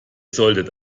solltet